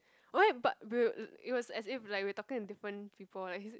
why but will uh it was as if like we are talking to different people eh he's